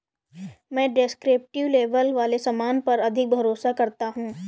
मैं descriptive label वाले सामान पर अधिक भरोसा करता हूं